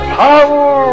power